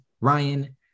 ryan